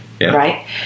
right